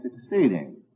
succeeding